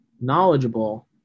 knowledgeable